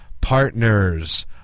partners